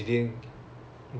where's divya now ah